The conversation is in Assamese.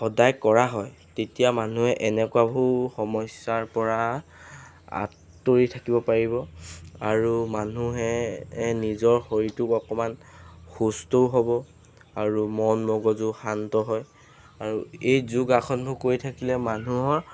সদায় কৰা হয় তেতিয়া মানুহে এনেকুৱাবোৰ সমস্যাৰ পৰা আঁতৰি থাকিব পাৰিব আৰু মানুহে নিজৰ শৰীৰটোক অকণমান সুস্থও হ'ব আৰু মন মগজু শান্ত হয় আৰু এই যোগাসনবোৰ কৰি থাকিলে মানুহৰ